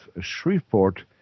Shreveport